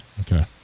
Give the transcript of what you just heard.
Okay